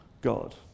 God